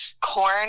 Corn